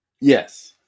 Yes